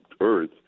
earth